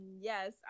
yes